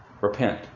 Repent